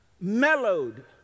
mellowed